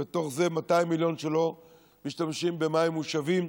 ובתוך זה 200 מיליון קוב שלא משתמשים בהם של מים מושבים,